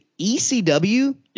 ECW